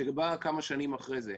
שבאה כמה שנים אחרי זה.